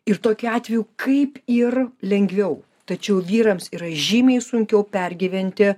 ir tokiu atveju kaip ir lengviau tačiau vyrams yra žymiai sunkiau pergyventi